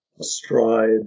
astride